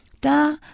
Da